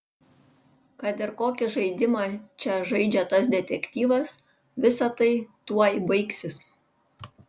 kad ir kokį žaidimą čia žaidžia tas detektyvas visa tai tuoj baigsis